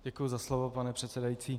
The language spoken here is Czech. Děkuji za slovo, pane předsedající.